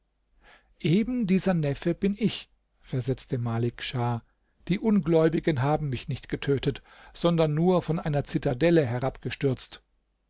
eben dieser neffe bin ich versetzte malik schah die ungläubigen haben mich nicht getötet sondern nur von einer zitadelle herabgestürzt